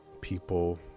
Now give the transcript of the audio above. people